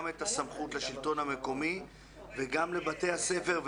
את הסמכות לשלטון המקומי וגם לבתי הספר,